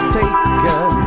taken